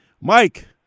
Mike